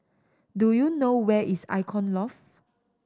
do you know where is Icon Loft